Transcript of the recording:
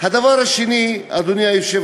אני חוזר